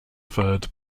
third